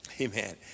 Amen